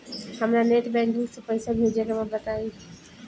हमरा net banking से पईसा भेजे के बा बताई?